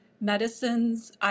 Medicines